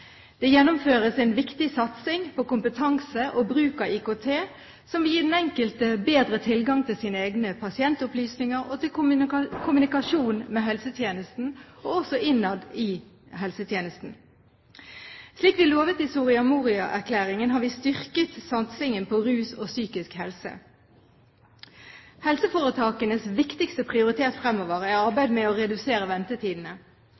Det gjennomføres en viktig satsing på kompetanse og bruk av IKT, som vil gi den enkelte bedre tilgang til sine egne pasientopplysninger og til kommunikasjon med helsetjenesten også innad i helsetjenesten. Slik vi lovet i Soria Moria-erklæringen, har vi styrket satsingen på rusomsorg og psykisk helse. Helseforetakenes viktigste prioritet fremover er arbeidet med å redusere ventetidene.